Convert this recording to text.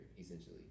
essentially